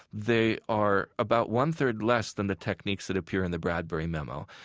they are about one-third less than the techniques that appear in the bradbury memo.